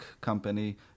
company